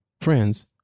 Friends